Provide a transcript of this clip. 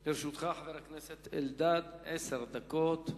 לרשותך, חבר הכנסת אלדד, עשר דקות.